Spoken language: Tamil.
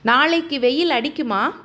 நாளைக்கு வெயில் அடிக்குமா